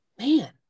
man